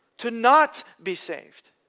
to not be saved.